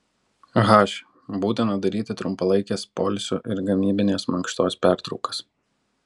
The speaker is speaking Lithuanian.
h būtina daryti trumpalaikes poilsio ir gamybinės mankštos pertraukas